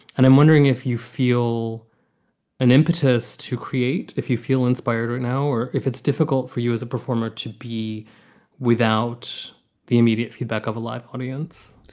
and i'm wondering if you feel an impetus to create if you feel inspired or now or if it's difficult for you as a performer to be without the immediate feedback of a live audience?